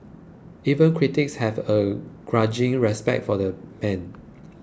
even critics have a grudging respect for the man